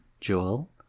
Joel